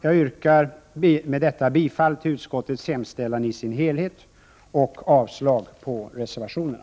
Jag yrkar med detta bifall till utskottets hemställan i dess helhet och avslag på reservationerna.